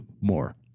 more